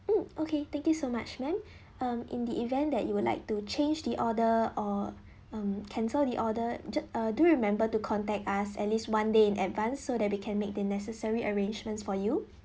mm okay thank you so much ma'am um in the event that you would like to change the order or mm cancel the order ju~ uh do remember to contact us at least one day in advance so that we can make the necessary arrangements for you